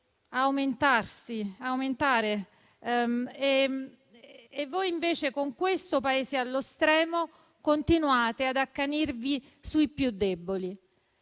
fanno che aumentare. E voi, con questo Paese allo stremo, continuate ad accanirvi sui più deboli.